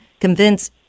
convince